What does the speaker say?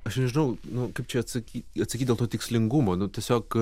aš nežinau nu kaip čia atsaky atsakyt dėl to tikslingumo nu tiesiog